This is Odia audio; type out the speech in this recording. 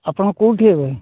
ଆପଣ କେଉଁଠି ଏବେ